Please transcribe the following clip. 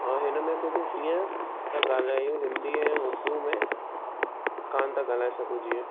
ऐं हिनमें कुझु हीअं था ॻाल्हायूं हिंदी ऐं उर्दू में कोन्ह था ॻाल्हाए सघूं जीअं